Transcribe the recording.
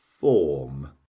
form